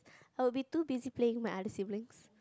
I will be too busy playing with my other siblings